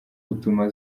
utuma